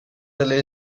delle